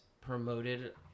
promoted